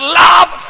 love